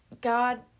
God